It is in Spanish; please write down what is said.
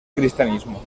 cristianismo